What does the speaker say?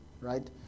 right